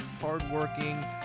hardworking